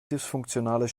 dysfunktionales